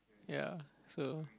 ya so